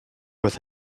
with